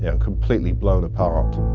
yeah completely blown apart.